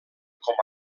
com